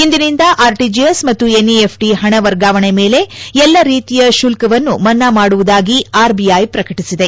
ಇಂದಿನಿಂದ R TGS ಮತ್ತು N EF T ಪಣ ವರ್ಗಾವಣೆ ಮೇಲೆ ಎಲ್ಲ ರೀತಿಯ ಶುಲ್ಕವನ್ನುಮನ್ನಾ ಮಾಡುವುದಾಗಿ ಆರ್ ಬಿಐ ಪ್ರಕಟಿಸಿದೆ